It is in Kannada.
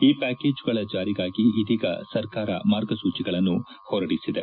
ಈ ಪ್ಯಾಕೇಜ್ಗಳ ಜಾರಿಗಾಗಿ ಇದೀಗ ಸರ್ಕಾರ ಮಾರ್ಗಸೂಚಿಗಳನ್ನು ಹೊರಡಿಸಿದೆ